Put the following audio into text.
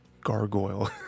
gargoyle